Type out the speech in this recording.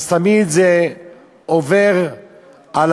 אז תמיד זה עובר לאחריות,